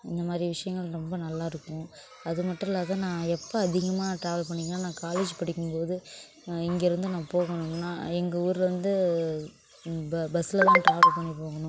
இந்த மாதிரி விஷயங்கள் ரொம்ப நல்லா இருக்கும் அது மட்டும் இல்லாம நான் எப்போ அதிகமாக ட்ராவல் பண்ணிங்கன்னா நான் காலேஜ் படிக்கும் போது இங்கேருந்து நான் போகணும்ன்னா எங்கள் ஊர்லேருந்து பஸில் தான் ட்ராவல் பண்ணி போகணும்